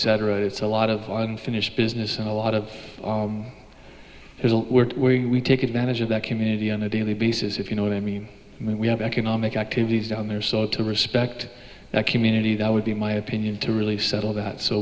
cetera it's a lot of one finished business and a lot of work we take advantage of that community on a daily basis if you know what i mean when we have economic activities down there so to respect that community that would be my opinion to really settle that so